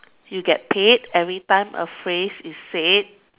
you get paid every time a phrase is said